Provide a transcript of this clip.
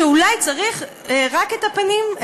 שאולי צריך רק את הפנים,